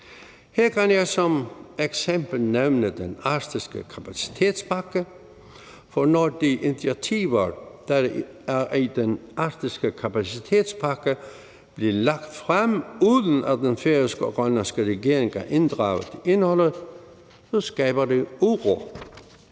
Her kan jeg som eksempel nævne den arktiske kapacitetspakke, for når de initiativer, der er i den arktiske kapacitetspakke, bliver lagt frem, uden at den færøske og den grønlandske regering er inddraget forinden, skaber det uro.